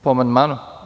Po amandmanu?